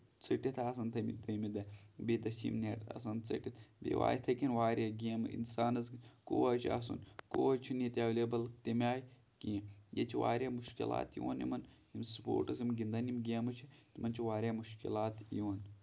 ژٔٹِتھ آسان تھٔمٕتۍ دیمہِ دوہ بیٚیہِ دوہ چھِ یِم نیٹ آسان ژٔٹِتھ بیٚیہِ یِوان یِتھٕے کٔنۍ واریاہ گیمہٕ اِنسانس کوچ آسُن کوچ چھُ نہٕ ییٚتہِ ایٚولیبٕل تمہِ آیہِ کینٛہہ یتہِ چھُ واریاہ مُشکِلات یِوان یِمن یِم سُپوٹٕس یَم گندان یِم گیمہٕ چھِ تِمن چھِ واریاہ مُشکِلات یِوان